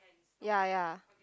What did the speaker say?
ya ya